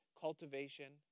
cultivation